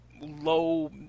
low